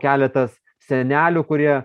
keletas senelių kurie